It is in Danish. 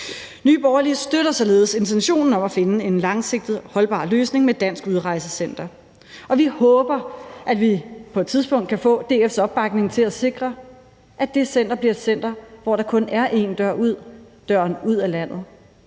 Nye Borgerlige støtter således intentionen om at finde en langsigtet og holdbar løsning med et dansk udrejsecenter. Og vi håber, at vi på et tidspunkt kan få DF's opbakning til at sikre, at det center bliver et center, hvor der kun er én dør ud, nemlig døren ud af landet,